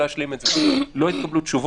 היום זה תיקון?